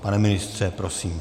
Pane ministře, prosím.